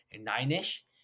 nine-ish